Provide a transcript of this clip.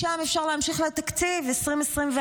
משם אפשר להמשיך לתקציב 2024,